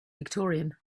victorian